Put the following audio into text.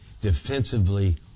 defensively